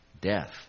death